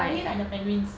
I really like the penguins